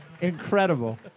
Incredible